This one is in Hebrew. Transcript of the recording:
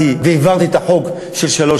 אולי אני מדבר בצורה תקיפה,